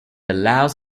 allows